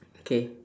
okay